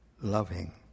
loving